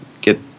get